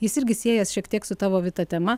jis irgi siejas šiek tiek su tavo vita tema